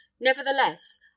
Nevertheless